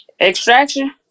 Extraction